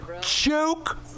Joke